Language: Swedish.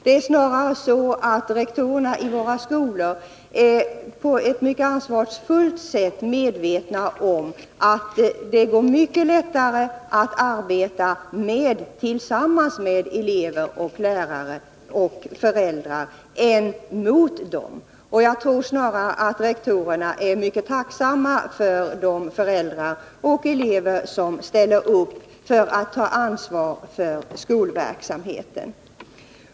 Snarare är det så, att rektorerna i våra skolor på ett mycket ansvarsfullt sätt är medvetna om att det går mycket lättare att arbeta tillsammans med elever, lärare och föräldrar än mot dem. Rektorerna är nog mycket tacksamma mot de föräldrar och elever som ställer upp för att ta ansvar för skolverksamheten.